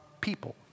people